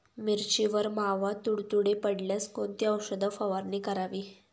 मिरचीवर मावा, तुडतुडे पडल्यास कोणती औषध फवारणी करावी?